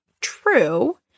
true